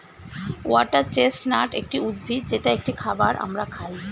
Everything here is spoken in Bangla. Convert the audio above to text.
ওয়াটার চেস্টনাট একটি উদ্ভিদ যেটা একটি খাবার আমরা খাই